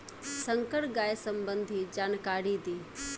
संकर गाय सबंधी जानकारी दी?